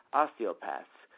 osteopaths